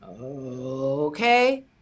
okay